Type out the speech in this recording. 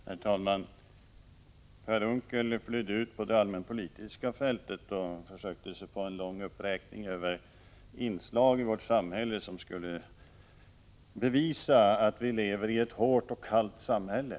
Herr talman! Per Unckel flydde ut på det allmänpolitiska fältet och försökte sig på en lång uppräkning över inslag i vårt samhälle som skulle bevisa att vi lever i ett hårt och kallt samhälle.